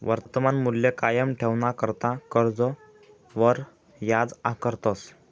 वर्तमान मूल्य कायम ठेवाणाकरता कर्जवर याज आकारतस